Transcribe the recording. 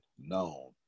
known